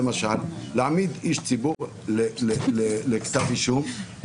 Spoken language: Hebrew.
למשל להעמיד איש ציבור לכתב אישום,